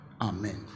Amen